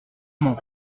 mans